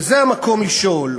וזה המקום לשאול,